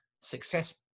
success